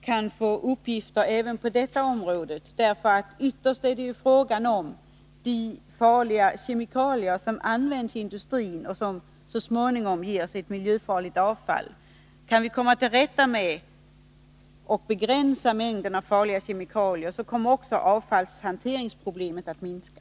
kan få uppgifter även på detta område. Ytterst är det ju fråga om de farliga kemikalier som används i industrin och som så småningom ger miljöfarligt avfall. Kan vi komma till rätta med — och begränsa — mängden av farliga kemikalier, så kommer också avfallshanteringsproblemet att minska.